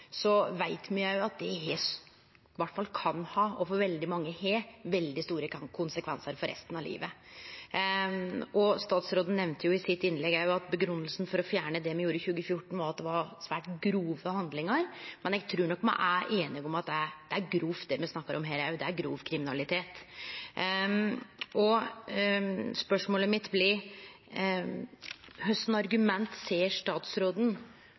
så fort vi kan. Jeg mener denne saken er viktig, og vi skal prioritere den. Det er det jeg kan love. Når me snakkar om seksuell handling og overgrep av den typen som har foreldingsfrist i dag, veit me at det kan ha, og for veldig mange har, veldig store konsekvensar for resten av livet. Statsråden nemnde også i innlegget sitt at grunngjevinga for å fjerne det me gjorde i 2014, var at det var svært grove handlingar. Men eg trur nok me er einige om at det er grovt, det me snakkar